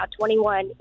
21